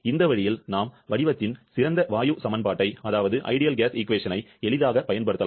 இந்த வழியில் நாம் வடிவத்தின் சிறந்த வாயு சமன்பாட்டை எளிதாகப் பயன்படுத்தலாம்